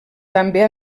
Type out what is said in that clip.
també